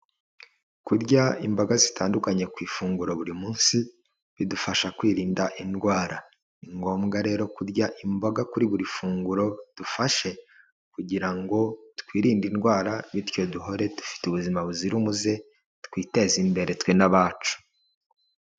Kurya imboga zitandukanye ku ifunguro buri munsi bidufasha kwirinda indwara, ni ngombwa rero kurya imboga kuri buri funguro dufashe kugira ngo twirinde indwara bityo duhore dufite ubuzima buzira umuze twiteze imbere twe n'abacu.